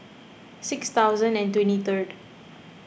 six thousand and twenty third